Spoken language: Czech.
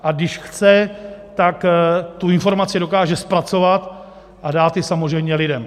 A když chce, tak tu informaci dokáže zpracovat a dát ji samozřejmě lidem.